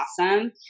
Awesome